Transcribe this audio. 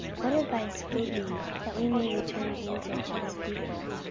what advice give ye that we may return answer to this people,